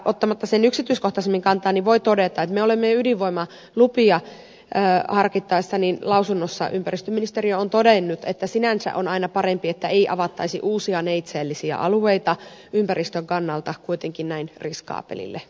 ottamatta sen yksityiskohtaisemmin kantaa voi todeta että ympäristöministeriö on ydinvoimalupia harkittaessa lausunnossa todennut että sinänsä on aina parempi että ei avattaisi uusia neitseellisiä alueita ympäristön kannalta kuitenkin näin riskaabelille toiminnalle